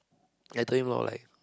okay I told him I'll like